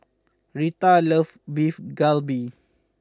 Retta loves Beef Galbi